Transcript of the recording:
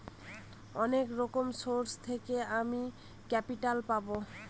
অনেক রকম সোর্স থেকে আমি ক্যাপিটাল পাবো